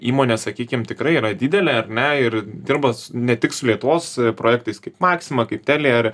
įmonė sakykim tikrai yra didelė ar ne ir dirba ne tik su lietuvos projektais kaip maxima kaip telia ir